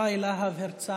חבר הכנסת יוראי להב הרצנו.